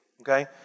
okay